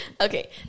Okay